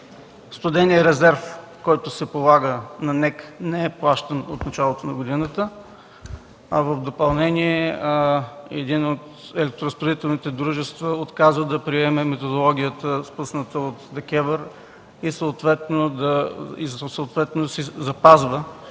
студеният резерв, който се полага на НЕК, не е плащан от началото на годината, а в допълнение едно от електроразпределителните дружества отказа да приеме методологията, отпусната от ДКЕВР и съответно си запазва